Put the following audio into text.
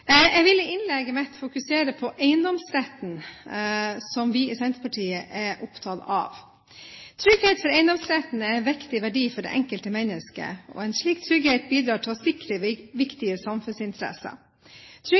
Jeg vil i innlegget mitt fokusere på eiendomsretten, som vi i Senterpartiet er opptatt av. Trygghet for eiendomsretten er en viktig verdi for det enkelte menneske, og en slik trygghet bidrar til å sikre